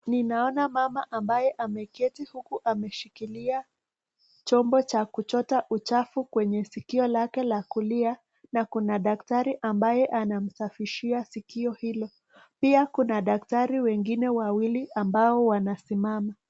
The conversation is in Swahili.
Ninaona mama ambaye ameketi huku ameshikilia chombo cha kuchota uchafu kwenye sikio lake la kulia na kuna daktari ambaye anamsafishia sikio hilo. Pia kuna daktari wengine wawili ambao wanasimama.